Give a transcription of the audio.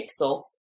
pixel